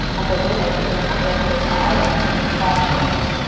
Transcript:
and so almost all the population growth on the island came from their chicks.